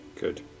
Good